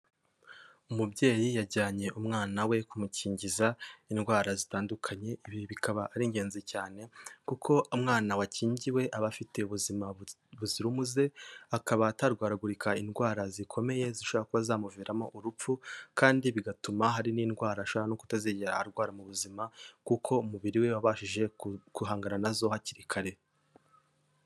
Umubyeyi yajyanye umwana we kumukingiza indwara zitandukanye, ibi bikaba ari ingenzi cyane, kuko umwana wakingiwe aba afite ubuzima buzira umuze, akaba atarwaragurika indwara zikomeye zishobora kuba zamuviramo urupfu, kandi bigatuma hari n'indwara ashobora no kutazigera arwara mu buzima, kuko umubiri we wabashije guhangana nazo hakiri kare.